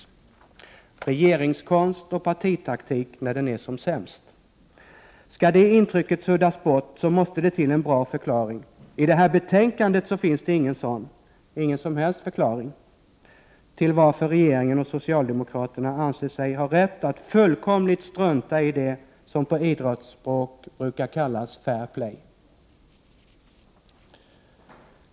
Detta är regeringskonst och partitaktik när den är som sämst. Skall det intrycket suddas bort måste det till en bra förklaring. I det här betänkandet finns det ingen sådan — ingen som helst förklaring till att regeringen och socialdemokraterna anser sig ha rätt att fullkomligt strunta i det som på idrottsspråk brukar kallas ”fair play”.